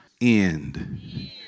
end